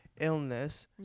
illness